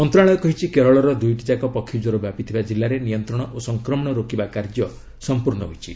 ମନ୍ତ୍ରଣାଳୟ କହିଛି କେରଳର ଦୁଇଟିଯାକ ପକ୍ଷୀଜ୍ୱର ବ୍ୟାପିଥିବା ଜିଲ୍ଲାରେ ନିୟନ୍ତ୍ରଣ ଓ ସଂକ୍ରମଣ ରୋକିବା କାର୍ଯ୍ୟ ସମ୍ପର୍ଣ୍ଣ ହୋଇଛି